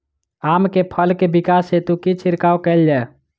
आम केँ फल केँ विकास हेतु की छिड़काव कैल जाए?